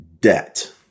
debt